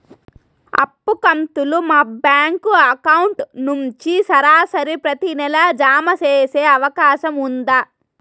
అప్పు కంతులు మా బ్యాంకు అకౌంట్ నుంచి సరాసరి ప్రతి నెల జామ సేసే అవకాశం ఉందా?